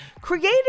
created